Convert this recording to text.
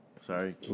Sorry